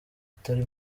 atari